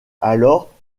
alors